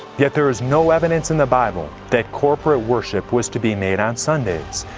yet there is no evidence in the bible that corporate worship was to be made on sundays.